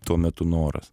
tuo metu noras